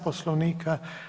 Poslovnika.